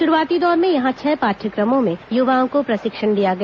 शुरूआती दौर में यहां छह पाट्यक्रमों में युवाओं को प्रशिक्षण दिया गया